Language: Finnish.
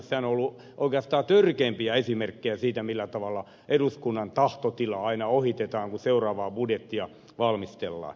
nehän ovat olleet oikeastaan törkeimpiä esimerkkejä siitä millä tavalla eduskunnan tahtotila aina ohitetaan kun seuraavaa budjettia valmistellaan